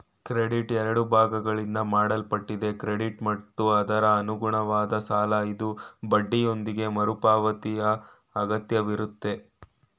credit ಎರಡು ಭಾಗಗಳಿಂದ ಮಾಡಲ್ಪಟ್ಟಿದೆ ಕ್ರೆಡಿಟ್ ಮತ್ತು ಅದರಅನುಗುಣವಾದ ಸಾಲಇದು ಬಡ್ಡಿಯೊಂದಿಗೆ ಮರುಪಾವತಿಯಅಗತ್ಯವಿರುತ್ತೆ